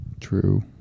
True